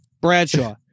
Bradshaw